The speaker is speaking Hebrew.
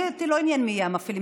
אותי לא עניין מי יהיו המפעילים,